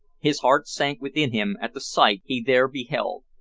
his heart sank within him at the sight he there beheld.